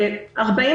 רבה מאוד.